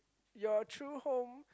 your true home